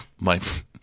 life